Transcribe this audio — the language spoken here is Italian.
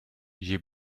gli